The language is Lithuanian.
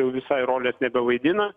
jau visai rolės nebevaidina